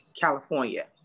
California